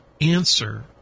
answer